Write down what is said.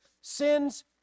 sins